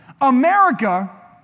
America